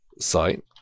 site